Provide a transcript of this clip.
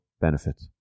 benefit